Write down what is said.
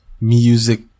music